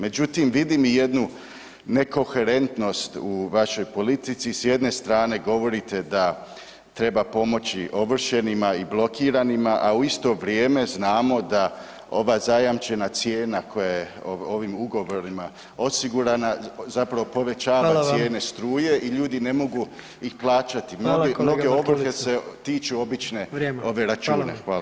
Međutim, vidim i jednu nekoherentnost u vašoj politici, s jedne strane govorite da treba pomoći ovršenima i blokiranima, a u isto vrijeme znamo da ova zajamčena cijena koja je ovim ugovorima osigurana zapravo povećava [[Upadica: Hvala vam]] cijene struje i ljudi ne mogu ih plaćati [[Upadica: Hvala kolega Bartulica]] mnoge, mnoge ovrhe se tiču obične [[Upadica: Vrijeme, hvala vam]] ove račune.